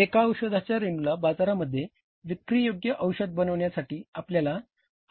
एका औषधाच्या रेणूला बाजारामध्ये विक्री योग्य औषध बनविण्यासाठी आपल्याला